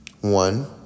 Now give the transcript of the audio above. One